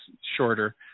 shorter